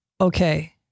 okay